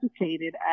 educated